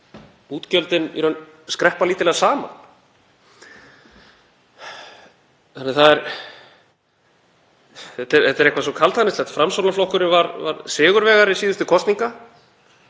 útgjöldin skreppa í raun lítillega saman. Þetta er eitthvað svo kaldhæðnislegt. Framsóknarflokkurinn var sigurvegari síðustu kosninga,